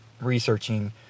researching